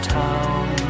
town